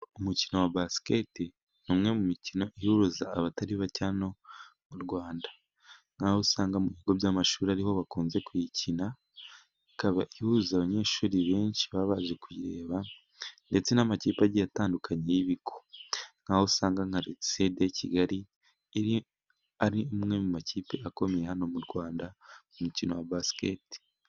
Umukino wa basiketi, ni umwe mu mikino ihuruza abatari bake hano mu Rwanda, nk'aho usanga mu bigo by'amashuri ariho bakunze kuyikina, ikaba ihuza abanyeshuri benshi baba baje kuyireba, ndetse n'amakipe agiye atandukanye y'ibigo, aho usanga nka Lise do kigali, ari imwe mu makipe akomeye hano mu Rwanda, mu umukino wa basiketi.